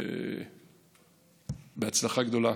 בהצלחה גדולה.